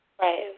Right